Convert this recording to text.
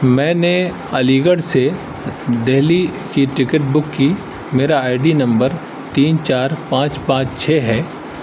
میں نے علی گڑھ سے دہلی کی ٹکٹ بک کی میرا آئی ڈی نمبر تین چار پانچ پانچ چھ ہے